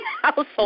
household